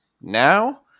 now